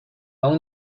اون